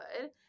good